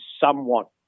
somewhat